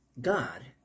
God